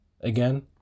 again